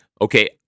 okay